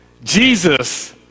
jesus